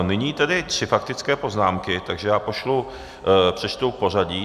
Nyní tedy tři faktické poznámky, takže já přečtu pořadí.